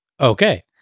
Okay